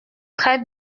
très